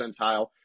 percentile